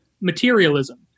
materialism